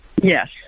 Yes